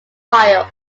ohio